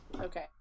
okay